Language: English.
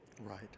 Right